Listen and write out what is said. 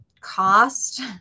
cost